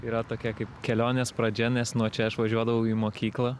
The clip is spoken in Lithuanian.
yra tokia kaip kelionės pradžia nes nuo čia aš važiuodavau į mokyklą